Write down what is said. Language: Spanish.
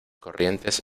corrientes